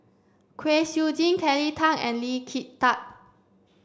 Kwek Siew Jin Kelly Tang and Lee Kin Tat